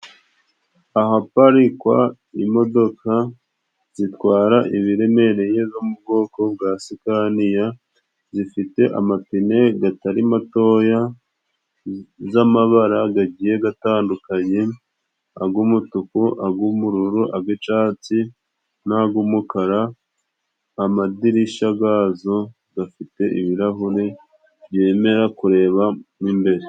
Aha pari kwa imodoka zitwara ibiremereye zo mu bwoko bwasudaniya zifite amapine gatari matoya z'amabara gagiye gatandukanye agumutuku ,agubumururu agacasi n'agumukara, amadirishya gazo gafite ibirahuri byemera kureba imbere.